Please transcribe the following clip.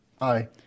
Aye